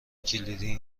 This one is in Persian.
کلیدی